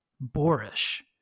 boorish